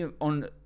on